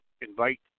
invite